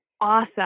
awesome